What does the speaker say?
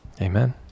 Amen